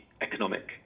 economic